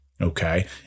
Okay